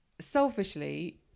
Selfishly